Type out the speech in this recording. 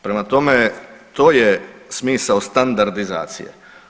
Prema tome, to je smisao standardizacije.